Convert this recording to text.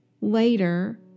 Later